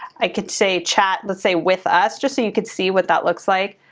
i could say chat, let's say with us, just so you could see what that looks like.